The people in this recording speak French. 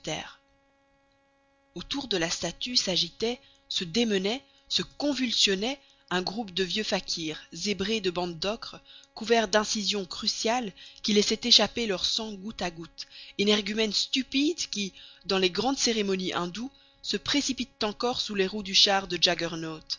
autour de la statue s'agitait se démenait se convulsionnait un groupe de vieux fakirs zébrés de bandes d'ocre couverts d'incisions cruciales qui laissaient échapper leur sang goutte à goutte énergumènes stupides qui dans les grandes cérémonies indoues se précipitent encore sous les roues du char de